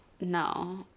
No